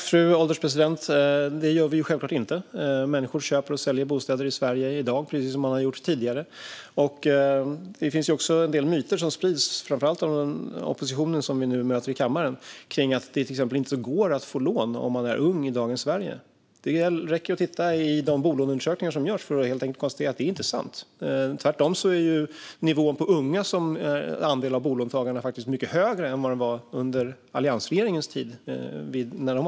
Fru ålderspresident! Det gör vi självklart inte. Människor köper och säljer bostäder i Sverige i dag, precis som man har gjort tidigare. Det sprids också en del myter, framför allt av oppositionen som vi nu möter i kammaren, om att det till exempel inte går att få lån om man är ung i dagens Sverige. Det räcker att titta på de bolåneundersökningar som görs för att konstatera att det inte är sant. Tvärtom är andelen unga bolånetagare mycket större än under alliansregeringens tid.